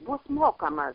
bus mokamas